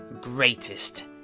greatest